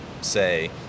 say